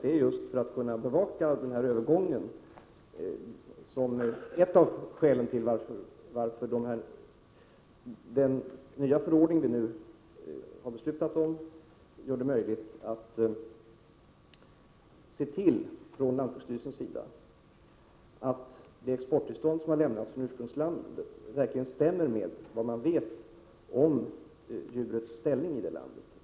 Det är just för att kunna bevaka den övergången som den nya förordning vi nu har beslutat om gör det möjligt för lantbruksstyrelsen att se till att det exporttillstånd som har lämnats från ursprungslandet verkligen stämmer med vad man vet om djurets ställning i det landet.